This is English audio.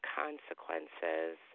consequences